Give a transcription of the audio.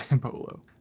Polo